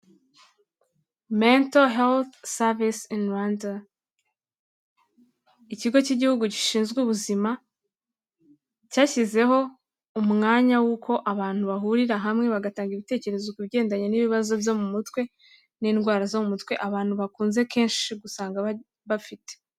mento halufu sevise ini Rwanda, ikigo igihugu gishinzwe ubuzima cyashyize umwanya w'uko abantu bahurira hamwe bagatanga ibitekerezo ku bigendanye n'ibibazo byo mu mutwe n'indwara zo mu mutwe abantu bakunzeshi gusanga bafite.